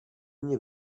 mně